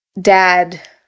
dad